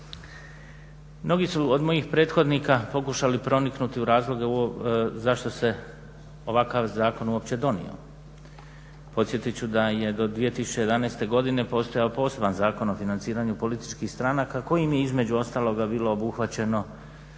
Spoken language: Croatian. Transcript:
Mnogi su od mojih prethodnika pokušali proniknuti u razloge zašto se ovakav zakon uopće donio. Podsjetit ću da je do 2011. godine postojao poseban Zakon o financiranju političkih stranaka kojim je između ostaloga bilo obuhvaćeno